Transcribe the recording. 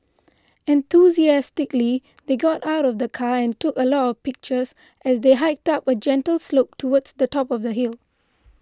enthusiastically they got out of the car and took a lot of pictures as they hiked up a gentle slope towards the top of the hill